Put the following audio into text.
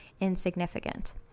insignificant